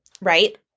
right